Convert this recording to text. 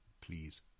please